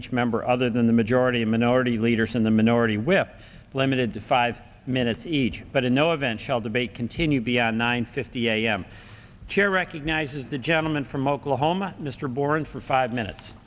each member other than the majority and minority leaders in the minority whip limited to five minutes each but in no event shall debate continue beyond nine fifty a m chair recognizes the gentleman from oklahoma mr boren for five minutes